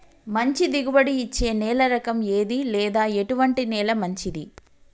మంచి దిగుబడి ఇచ్చే నేల రకం ఏది లేదా ఎటువంటి నేల మంచిది?